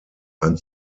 ein